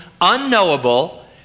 unknowable